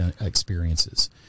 experiences